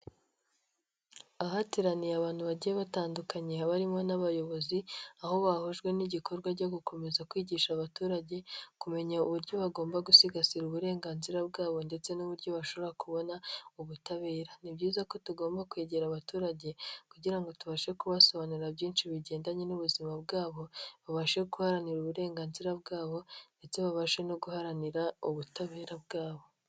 Ahateraniye abantu bagiye batandu haba harimo n'abayobozi aho bahujwe n'igikorwa cyo gukomeza kwigisha abaturage kumenya uburyo bagomba gusigasira uburenganzira bwabo ndetse n'uburyo bashobora kubona ubutabera; ni byiza ko tugomba kwegera abaturage kugira ngo tubashe kubasobanurira byinshi bigendanye n'ubuzima bwabo, babashe guharanira uburenganzira bwabo ndetse babashe no guharanira ubutabera bwabo.